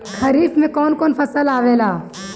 खरीफ में कौन कौन फसल आवेला?